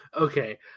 Okay